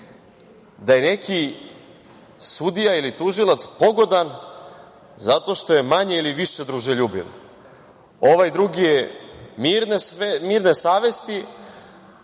da je neki sudija ili tužilac pogodan zato što je manje ili više druželjubiv. Ovaj drugi je mirne savesti,